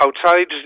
outside